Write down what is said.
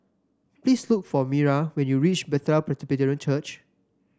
please look for Myra when you reach Bethel Presbyterian Church